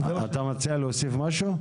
אתה מציע להוסיף משהו?